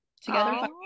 together